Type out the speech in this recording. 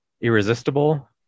Irresistible